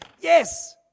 yes